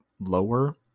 lower